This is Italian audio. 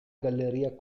galleria